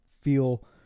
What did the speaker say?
feel